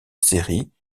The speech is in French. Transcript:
série